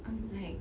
I'm like